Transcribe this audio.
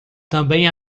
também